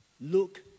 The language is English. Look